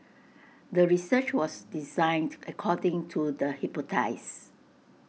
the research was designed according to the hypothesis